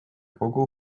kogu